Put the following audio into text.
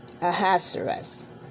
Ahasuerus